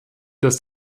dass